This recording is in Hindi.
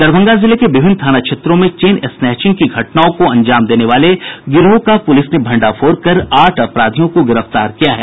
दरभंगा जिले के विभिन्न थाना क्षेत्रों में चेन स्नेचिंग की कई घटनाओं को अंजाम देने वाले गिरोह का पुलिस ने भंडाफोड़ कर आठ अपराधियों को गिरफ्तार किया है